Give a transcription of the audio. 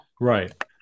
right